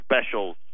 specials